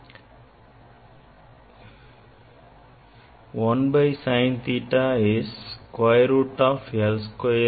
1 by sin theta is square root of l square plus D square by l